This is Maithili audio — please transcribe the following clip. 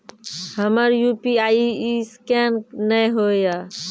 हमर यु.पी.आई ईसकेन नेय हो या?